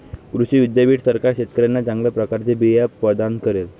कृषी विद्यापीठ सरकार शेतकऱ्यांना चांगल्या प्रकारचे बिया प्रदान करेल